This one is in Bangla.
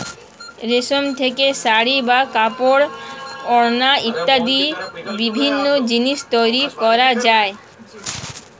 রেশম থেকে শাড়ী বা কাপড়, ওড়না ইত্যাদি বিভিন্ন জিনিস তৈরি করা যায়